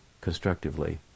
constructively